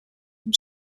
from